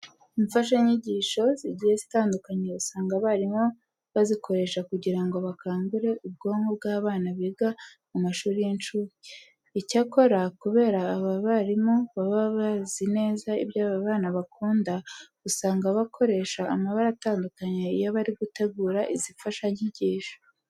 Imfashanyigisho zigiye zitandukanye usanga abarimu bazikoresha kugira ngo bakangure ubwonko bw'abana biga mu mashuri y'incuke. Icyakora kubera aba barimu baba bazi neza ibyo aba bana bakunda, usanga bakoresha amabara atandukanye iyo bari gutegura izi mfashanyigisho.